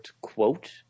quote